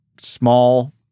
small